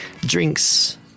Drinks